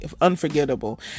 unforgettable